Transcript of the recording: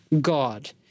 God